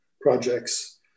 projects